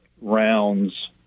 rounds